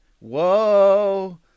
Whoa